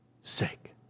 sake